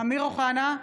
אמיר אוחנה,